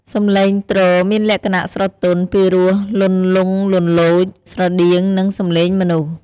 សំឡេងទ្រមានលក្ខណៈស្រទន់ ពីរោះលន្លង់លន្លោច ស្រដៀងនឹងសំឡេងមនុស្ស។